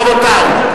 רבותי,